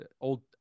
old